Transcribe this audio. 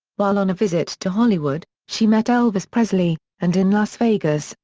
while on a visit to hollywood, she met elvis presley, and in las vegas,